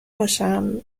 باشم